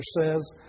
says